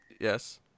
yes